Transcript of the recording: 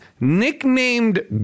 nicknamed